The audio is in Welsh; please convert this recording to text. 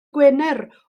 gwener